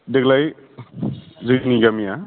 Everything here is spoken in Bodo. देग्लाय जोंनि गामिया